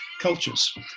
cultures